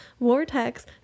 vortex